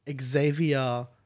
Xavier